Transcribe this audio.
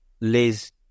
Liz